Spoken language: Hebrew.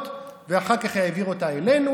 ואחר כך העביר אותה אלינו.